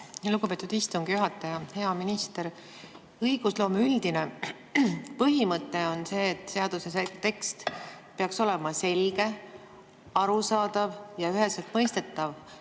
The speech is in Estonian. lugupeetud istungi juhataja! Hea minister! Õigusloome üldine põhimõte on see, et seaduse tekst peaks olema selge, arusaadav ja üheselt mõistetav